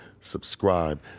subscribe